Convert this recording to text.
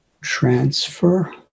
transfer